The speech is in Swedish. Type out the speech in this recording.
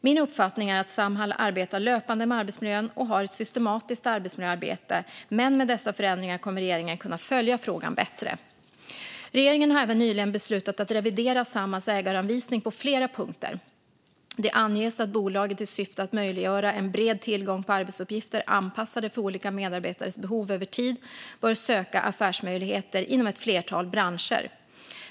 Min uppfattning är att Samhall arbetar löpande med arbetsmiljön och har ett systematiskt arbetsmiljöarbete, men med dessa förändringar kommer regeringen att kunna följa frågan bättre. Regeringen har även nyligen beslutat att revidera Samhalls ägaranvisning på flera punkter. Det anges att bolaget i syfte att möjliggöra en bred tillgång på arbetsuppgifter anpassade för olika medarbetares behov över tid bör söka affärsmöjligheter inom ett flertal branscher.